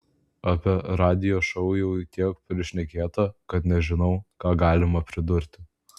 apie radijo šou jau tiek prišnekėta kad nežinau ką galima pridurti